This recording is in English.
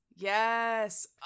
Yes